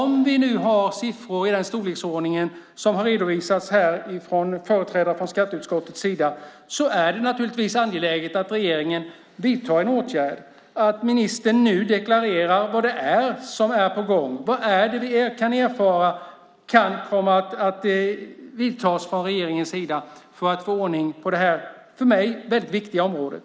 Med tanke på siffrorna i den storleksordning som har redovisats av företrädare för skatteutskottet är det naturligtvis angeläget att regeringen vidtar en åtgärd och ministern deklarerar vad det är som är på gång. Vad är det för åtgärder som kan komma att vidtas från regeringens sida för att få ordning på det här för mig väldigt viktiga området?